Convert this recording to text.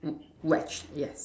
wretch yeah